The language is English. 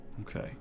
Okay